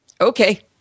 Okay